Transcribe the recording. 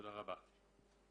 תודה רבה.